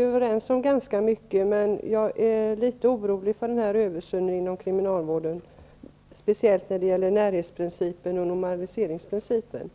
överens om ganska mycket. Men jag är litet orolig för den här översynen inom kriminalvården, särskilt när det gäller närhetsprincipen och normaliseringsprincipen.